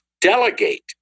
delegate